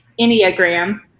enneagram